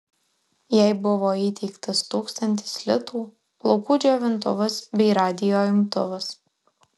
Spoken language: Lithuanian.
jai buvo įteiktas tūkstantis litų plaukų džiovintuvas bei radijo imtuvas